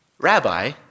Rabbi